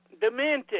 demented